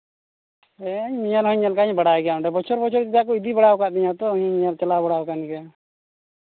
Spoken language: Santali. ᱦᱮᱸ ᱧᱮᱞ ᱦᱚᱧ ᱧᱮᱞ ᱠᱟᱜ ᱜᱤᱭᱟᱹᱧ ᱵᱟᱲᱟᱭ ᱜᱮᱭᱟ ᱚᱸᱰᱮ ᱵᱚᱪᱷᱚᱨ ᱵᱚᱪᱷᱚᱨ ᱪᱮᱫᱟᱜ ᱠᱚ ᱤᱫᱤ ᱵᱟᱲᱟᱣ ᱠᱟᱜ ᱛᱤᱧᱟ ᱛᱚ ᱤᱧ ᱪᱟᱞᱟᱣ ᱵᱟᱲᱟᱣ ᱠᱟᱱ ᱜᱮᱭᱟ